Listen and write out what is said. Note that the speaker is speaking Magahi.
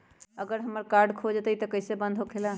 अगर हमर कार्ड खो जाई त इ कईसे बंद होकेला?